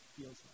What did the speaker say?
feels